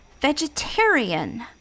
vegetarian